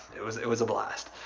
it was it was a blast.